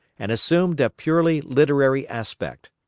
and assumed a purely literary aspect.